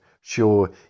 Sure